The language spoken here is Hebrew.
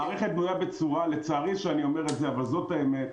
חבר'ה, לצערי אני אומר את זה, אבל זאת האמת,